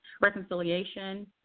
reconciliation